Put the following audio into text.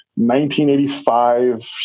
1985